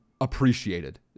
appreciated